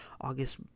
August